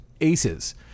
aces